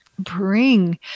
bring